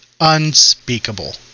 unspeakable